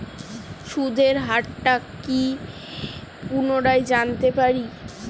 সুদের হার টা কি পুনরায় জানতে পারি?